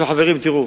חברים, תראו.